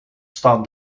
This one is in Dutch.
staat